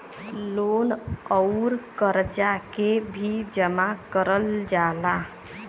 loan अउर करजा के भी जमा करल जाला